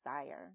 desire